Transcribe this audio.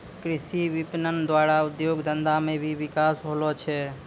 कृषि विपणन द्वारा उद्योग धंधा मे भी बिकास होलो छै